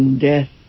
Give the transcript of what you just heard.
Death